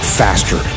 faster